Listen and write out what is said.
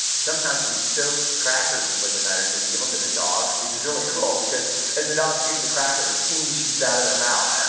some times we soak crackers in liquid nitrogen and give them to the dogs, which is really cool because as the dog chews the cracker, the steam shoots out of their mouth.